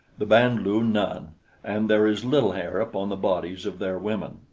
the band-lu none and there is little hair upon the bodies of their women.